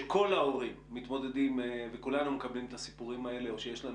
שכל ההורים מתמודדים וכולנו מקבלים את הסיפורים האלה או שיש לנו